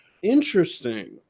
interesting